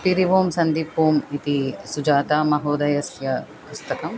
तिरिवों सन्दिप्वोम् इति सुजातामहोदयायाः पुस्तकम्